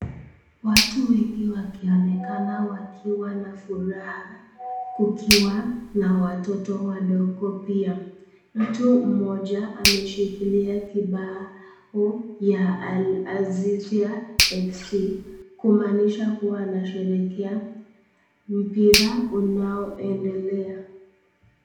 Watu wengi wakionekana wakiwa na furaha kukiwa na watoto wadogo pia. Mtu mmoja ameshikilia kibao ya Aziza FC kumaanisha kua anasherekea mpira unao endelea.